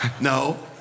no